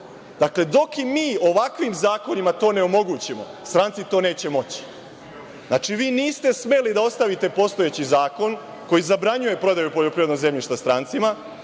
Dakle, dok im mi ovakvim zakonima to onemogućimo, stranci to neće moći. Niste smeli da ostavite postojeći zakon koji zabranjuje prodaju poljoprivrednog zemljišta strancima,